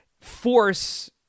force